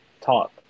talk